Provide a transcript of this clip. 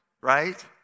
right